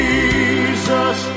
Jesus